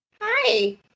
Hi